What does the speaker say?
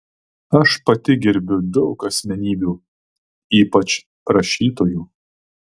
aš pati gerbiu daug asmenybių ypač rašytojų